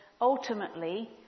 ultimately